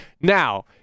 now